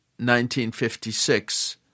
1956